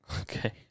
Okay